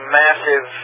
massive